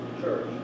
church